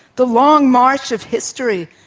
the long march of history,